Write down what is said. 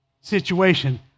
situation